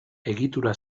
egitura